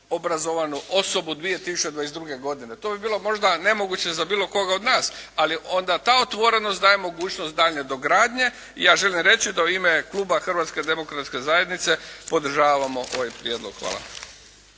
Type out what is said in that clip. obrazovanu osobu 2022. godine. To bi bilo možda nemoguće za bilo koga od nas, ali onda ta otvorenost daje mogućnost daljnje dogradnje. I ja želim reći, da u ime kluba Hrvatske demokratske zajednice podržavamo ovaj prijedlog. Hvala.